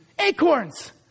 Acorns